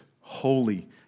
holy